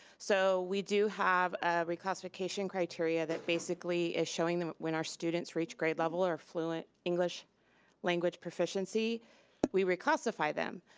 so we do have a reclassification criteria, that basically is showing them when our students reach grade level or fluent english language proficiency we reclassify them.